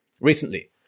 Recently